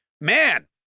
Man